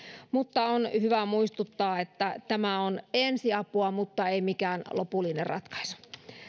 mutta on hyvä muistuttaa että tämä on ensiapua ei mikään lopullinen ratkaisu